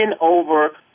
over